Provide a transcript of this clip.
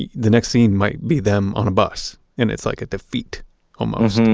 the the next scene might be them on a bus and it's like a defeat almost